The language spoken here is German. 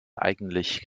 eigentlich